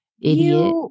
Idiot